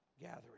gathering